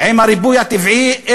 עם הריבוי הטבעי,